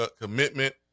commitment